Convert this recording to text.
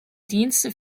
dienste